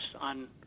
on –